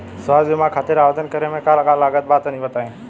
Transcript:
स्वास्थ्य बीमा खातिर आवेदन करे मे का का लागत बा तनि बताई?